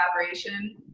collaboration